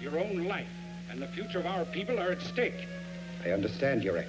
your own life and the future of our people are at stake i understand your